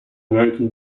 american